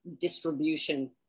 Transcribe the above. distribution